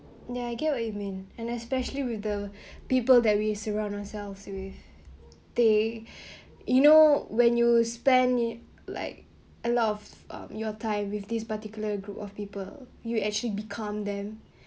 ya I get what you mean and especially with the people that we surround ourselves with they you know when you spend like a lot of um your time with this particular group of people you actually become them